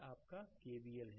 आपका केबीएलहै